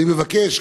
אני מבקש,